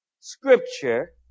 Scripture